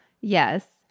Yes